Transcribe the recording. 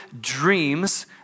dreams